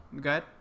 Good